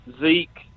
Zeke